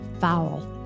foul